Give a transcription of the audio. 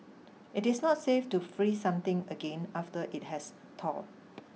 it is not safe to freeze something again after it has thawed